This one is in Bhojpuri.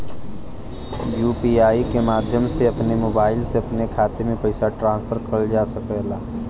यू.पी.आई के माध्यम से अपने मोबाइल से अपने खाते में पइसा ट्रांसफर करल जा सकला